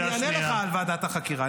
לא, אני אענה לך על ועדת החקירה.